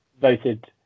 voted